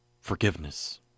forgiveness